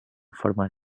forma